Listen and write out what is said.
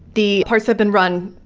the parts have been run,